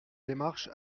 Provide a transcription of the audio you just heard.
démarches